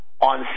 on